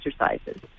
exercises